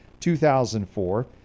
2004